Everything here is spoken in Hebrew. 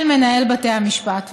של מנהל בתי המשפט.